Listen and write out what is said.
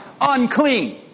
unclean